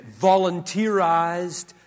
volunteerized